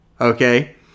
Okay